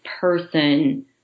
person